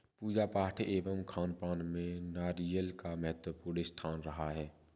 पूजा पाठ एवं खानपान में नारियल का महत्वपूर्ण स्थान रहा है